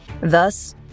Thus